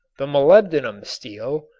the molybdenum steel,